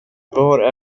var